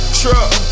truck